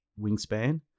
wingspan